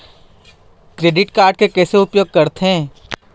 Credit card के उपयोग कैसे करथे?